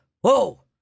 whoa